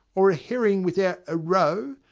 or a herring without a roe,